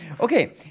Okay